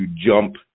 jump